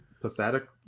Pathetic